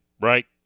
right